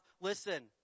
listen